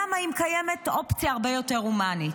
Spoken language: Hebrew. למה, אם קיימת אופציה הרבה יותר הומנית?